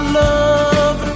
love